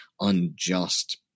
unjust